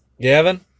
Gavin